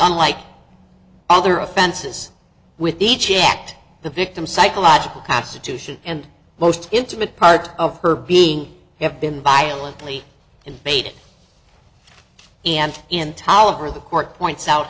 unlike other offenses with the checked the victim psychological constitution and most intimate part of her being have been violently invaded and in towel over the court points out